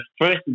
first